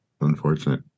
unfortunate